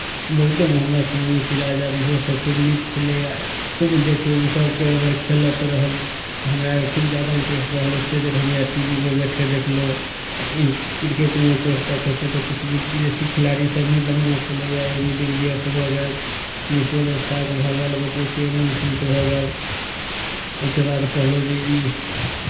बहुते मोहम्मद शमी सिराज आर इहोसभ खूब नीक खेलैए खूब देख ओ सभकेँ अगर खेलैत रहल तऽ हमरा खूब ज्यादा इन्ट्रेस्ट रहल ओतेक देर हमे अर टी वी पर बैठि कऽ देखलहुँ आ क्रिकेटमे इन्ट्रेस्ट रखै छी तऽ किछु विदेशी खेलाड़ीसभ भी बढ़िआँ खेलैए ए बी डि बिलियर्स भऽ गेल म्यूच्यूअल स्टाक भऽ गेल बतबै छी अरुण फिंच भऽ गेल ओहिके बाद कहलहुँ जे ई